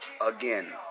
Again